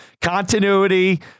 continuity